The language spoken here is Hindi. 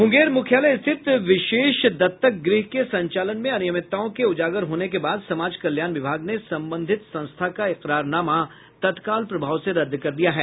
मुंगेर मुख्यालय स्थित विशेष दत्तक गृह के संचालन में अनियमितताओं के उजागर होने के बाद समाज कल्याण विभाग ने संबंधित संस्था का एकरारनामा तत्काल प्रभाव से रद्द कर दिया है